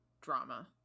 drama